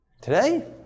Today